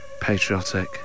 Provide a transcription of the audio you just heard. Patriotic